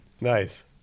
nice